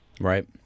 Right